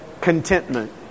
contentment